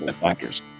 factors